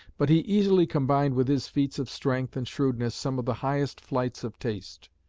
but he easily combined with his feats of strength and shrewdness some of the highest flights of taste.